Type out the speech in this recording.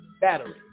battery